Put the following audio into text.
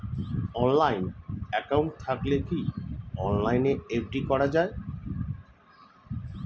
Online account থাকলে কি অনলাইনে এফ.ডি করা যায়?